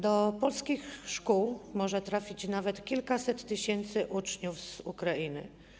Do polskich szkół może trafić nawet kilkaset tysięcy uczniów z Ukrainy.